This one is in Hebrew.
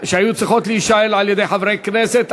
שהיו צריכות להישאל על-ידי חברי כנסת.